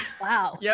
Wow